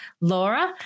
Laura